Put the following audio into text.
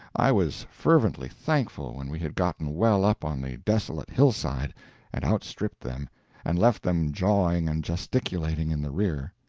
i was fervently thankful when we had gotten well up on the desolate hillside and outstripped them and left them jawing and gesticulating in the rear.